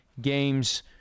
games